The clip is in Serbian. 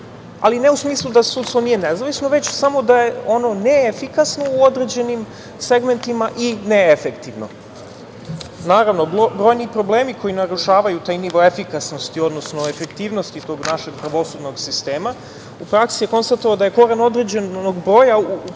ali ne u smislu da sudstvo nije nezavisno, već samo da je ono neefikasno u određenim segmentima i neefektivno. Naravno, brojni problemi koji narušavaju taj nivo efikasnosti u odnosu na efektivnosti tog našeg pravosudnog sistema u praksi je konstatovano da je koren određenog broja